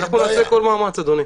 נעשה כל מאמץ, אדוני.